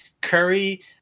curry